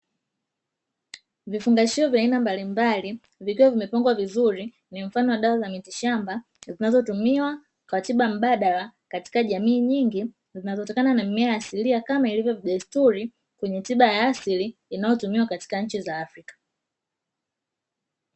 Vifungashio vya aina mbalimbali vikiwa vimepangwa vizuri ni mfano wa dawa za mitishamba, zinazotumiwa kwa tiba mbadala katika jamii nyingi zinazotokana na mimea ya asilia kama ilivyo desturi kwenye tiba ya asili inayotumiwa katika nchi za Afrika.